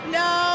no